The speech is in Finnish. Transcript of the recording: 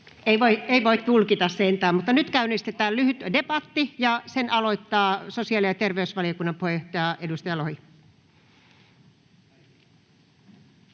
Ei voi tulkita sentään, mutta nyt käynnistetään lyhyt debatti, ja sen aloittaa sosiaali- ja terveysvaliokunnan puheenjohtaja, edustaja Lohi.